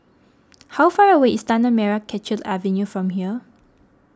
how far away is Tanah Merah Kechil Avenue from here